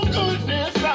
goodness